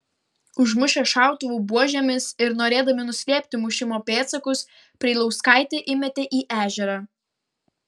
užmušę šautuvų buožėmis ir norėdami nuslėpti mušimo pėdsakus preilauskaitę įmetė į ežerą